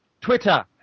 Twitter